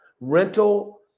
rental